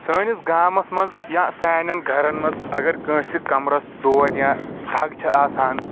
سأنِس گامس منٛز یا سانٮ۪ن گرن منٛز اگر کأنٛسہِ کمرس دود یا دَگ چھ آسان